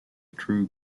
true